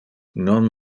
non